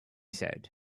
said